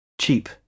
Cheap